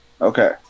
Okay